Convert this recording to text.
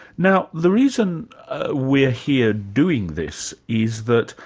now the reason we're here doing this is that,